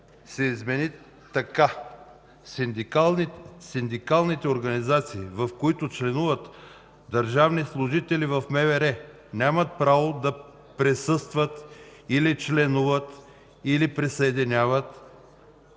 Синдикалните организации, в които членуват държавни служители в МВР, нямат право да присъстват или членуват, или присъединяват